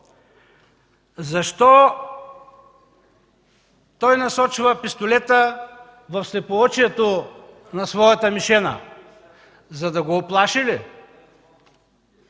Защо насочва пистолета в слепоочието на своята мишена? За да го уплаши ли?